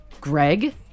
Greg